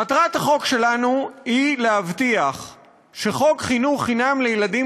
מטרת החוק שלנו היא להבטיח שחוק חינוך חינם לילדים